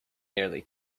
nearly